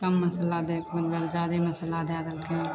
कम मसाला दै मतलब जादे मसल्ला दै देलकै